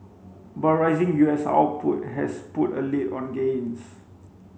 but rising U S output has put a lid on gains